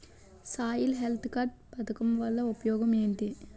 Soil health card పథకం వల్ల ఉపయోగం ఏంటి?